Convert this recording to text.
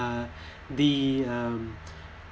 uh the uh